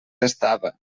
estava